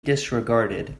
disregarded